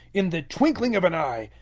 in the twinkling of an eye,